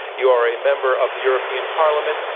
you are a member of the european parliament.